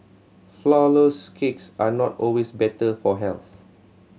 flourless cakes are not always better for health